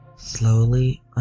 Slowly